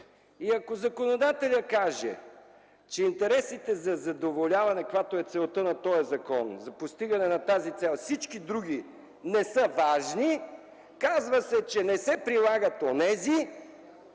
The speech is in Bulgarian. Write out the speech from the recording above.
Ако законодателят каже, че интересите за задоволяване, каквато е целта на този закон, за постигане на тази цел са важни, а всички други не са важни, казва се, че не се прилагат онези,